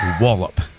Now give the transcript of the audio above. wallop